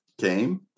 came